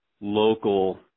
local